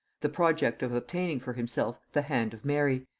the project of obtaining for himself the hand of mary,